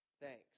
Thanks